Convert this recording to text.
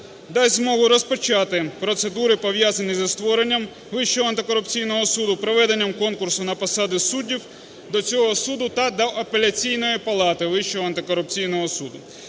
дасть змогу розпочати процедури, пов'язані зі створенням Вищого антикорупційного суду, проведенням конкурсу на посади суддів до цього суду та до Апеляційної палати Вищого антикорупційного суду.